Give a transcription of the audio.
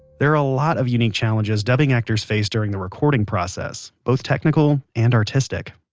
there are a lot of unique challenges dubbing actors face during the recording process, both technical and artistic